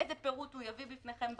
איזה פירוט הוא יביא בפניכם בכתובים.